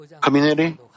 community